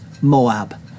Moab